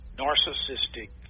narcissistic